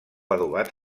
adobat